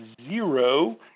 zero